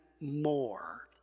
more